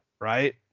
right